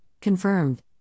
confirmed